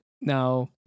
Now